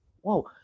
whoa